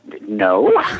No